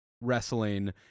wrestling